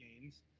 games